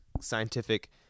scientific